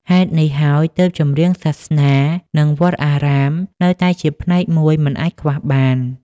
ហេតុនេះហើយ ទើបចម្រៀងសាសនា និងវត្តអារាមនៅតែជាផ្នែកមួយមិនអាចខ្វះបាន។